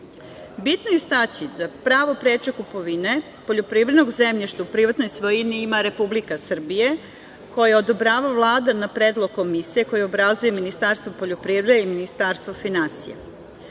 je istaći da pravo preče kupovine poljoprivrednog zemljišta u privatnoj svojini ima Republika Srbija koje odobrava Vlada na predlog Komisije koju obrazuje Ministarstvo poljoprivrede i Ministarstvo finansija.